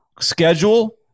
schedule